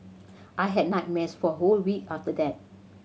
I had nightmares for a whole week after that